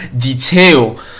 detail